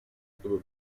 чтобы